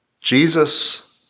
Jesus